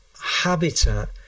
habitat